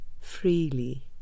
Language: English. freely